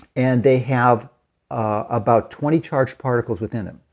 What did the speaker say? and they have ah about twenty charged particles within them,